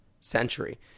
century